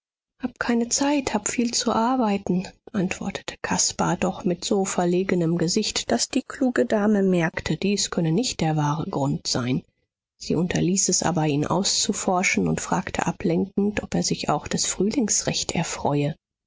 hab keine zeit hab viel zu arbeiten antwortete caspar doch mit so verlegenem gesicht daß die kluge dame merkte dies könne nicht der wahre grund sein sie unterließ es aber ihn auszuforschen und fragte ablenkend ob er sich auch des frühlings recht erfreue